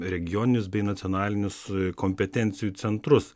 regioninius bei nacionalinius kompetencijų centrus